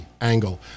angle